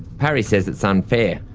parry says it's unfair,